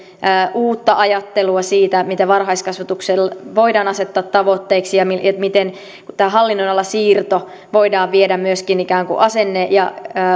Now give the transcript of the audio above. uutta ajattelua siitä mitä varhaiskasvatukselle voidaan asettaa tavoitteiksi kun tämä hallinnonalan siirto voidaan viedä myöskin ikään kuin asenne ja